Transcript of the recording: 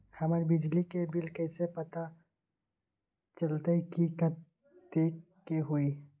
हमर बिजली के बिल कैसे पता चलतै की कतेइक के होई?